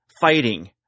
fighting